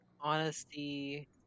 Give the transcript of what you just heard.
honesty